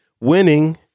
Winning